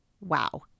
Wow